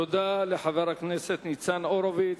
תודה לחבר הכנסת ניצן הורוביץ.